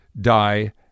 die